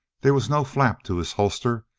there was no flap to his holster,